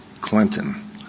Clinton